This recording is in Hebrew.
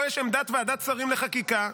פה יש עמדת ועדת שרים לחקיקה,